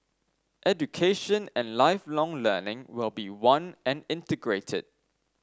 education and Lifelong Learning will be one and integrated